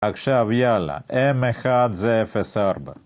עכשיו יאללה, m1 זה 04